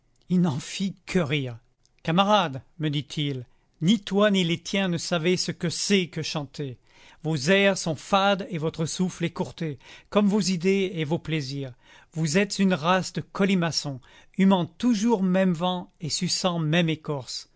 il n'en fit que rire camarade me dit-il ni toi ni les tiens ne savez ce que c'est que chanter vos airs sont fades et votre souffle écourté comme vos idées et vos plaisirs vous êtes une race de colimaçons humant toujours même vent et suçant même écorce